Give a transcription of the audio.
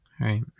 Right